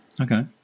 Okay